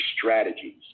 strategies